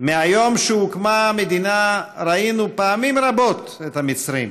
מיום הקמת המדינה ראינו פעמים רבות את המצרים,